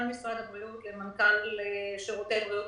מנכ"ל משרד הבריאות למנכ"ל שירותי בריאות